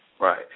right